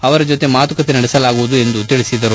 ಅವರ ಜೊತೆ ಮಾತುಕತೆ ನಡೆಸಲಾಗುವುದು ಎಂದು ಹೇಳಿದರು